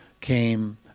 came